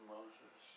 Moses